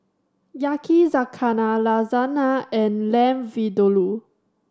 Yakizakana Lasagna and Lamb Vindaloo